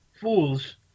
fools